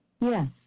Yes